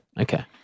Okay